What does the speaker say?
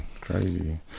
crazy